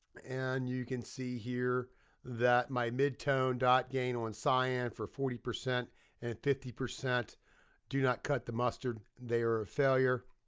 and you can see here that my mid-tone dot gain on cyan for forty percent and fifty percent do not cut the mustard. they are a failure.